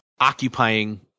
occupying